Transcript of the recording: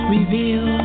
Reveal